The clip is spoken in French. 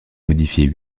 modifié